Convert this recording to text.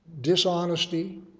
dishonesty